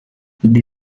the